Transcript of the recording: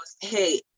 hey